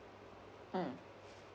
mm